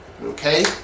okay